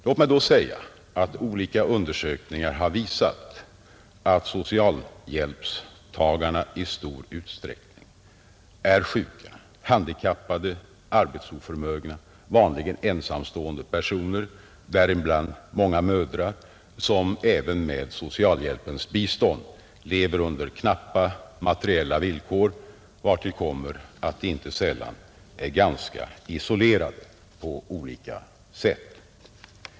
Låt mig då säga, att olika undersökningar har visat att socialhjälpstagarna i stor utsträckning är sjuka, handikappade, arbetsoförmögna, vanligen ensamstående personer, däribland många mödrar, som även med socialhjälpens bistånd lever under knappa materiella villkor, vartill kommer att de inte sällan är ganska isolerade på olika sätt.